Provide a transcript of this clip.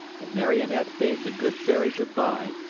the marionette bade the good fairy good-by,